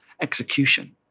execution